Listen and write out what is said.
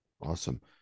Awesome